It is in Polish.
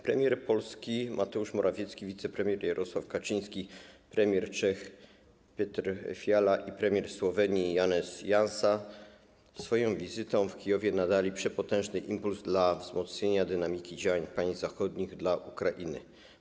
Premier Polski Mateusz Morawiecki, wicepremier Jarosław Kaczyński, premier Czech Petr Fiala i premier Słowenii Janez Janša swoją wizytą w Kijowie nadali przepotężny impuls do wzmocnienia dynamiki działań państw zachodnich dla Ukrainy.